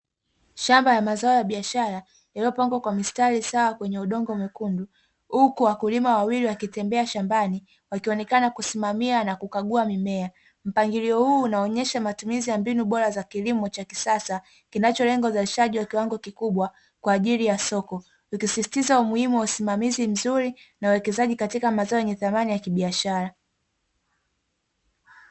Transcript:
Shamba la mazao ya biashara yaliyopangwa kwa mistari sawa kwenye udongo mwekundu, huku wakulima wawili wakitembea shambani wakionekana kusimamia na kukagua mimea, mpangilio huu unaonyesha matumizi ya mbinu bora za kilimo cha kisasa kinacholenga uzalishaji wa kiwango kikubwa kwa ajili ya soko ukisisitiza umuhimu wa usimamizi mzuri na uwekezaji katika mazao yenye thamani ya kibiashara.